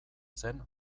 zen